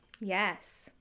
Yes